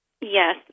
Yes